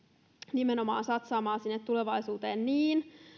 nimenomaan satsaamaan sinne tulevaisuuteen niin